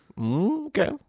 Okay